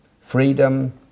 freedom